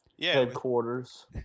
headquarters